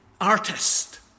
artist